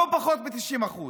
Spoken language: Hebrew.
לא פחות מ-90%.